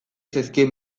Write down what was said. zaizkigu